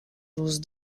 douze